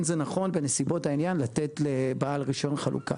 זה נכון בנסיבות העניין לתת לבעל רישיון חלוקה,